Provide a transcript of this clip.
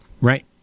Right